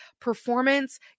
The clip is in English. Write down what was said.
performance